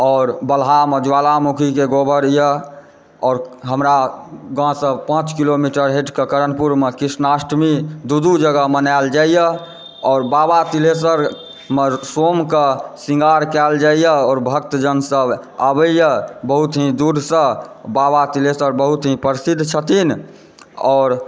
आओर बलहामे एगो ज्वालामुखीके गढ़ यऽ आओर हमरा गाँवसँ पाँच किलोमीटर हटिकऽ करणपुरमे कृष्णाष्टमी दू दू जगह मनाओल जाइया आओर बाबा तिल्हेश्वरमे सोमके सिङ्गार कयल जाइया आओर भक्तजन सब आबयैए बहुत ही दूरसँ बाबा तिल्हेश्वर बहुत ही प्रसिद्ध छथिन आओर